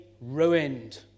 ruined